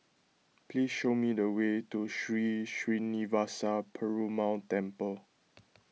please show me the way to Sri Srinivasa Perumal Temple